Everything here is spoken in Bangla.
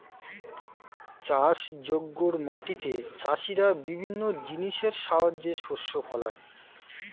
চাষযোগ্য মাটিতে চাষীরা বিভিন্ন জিনিসের সাহায্যে শস্য ফলায়